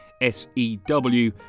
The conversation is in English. S-E-W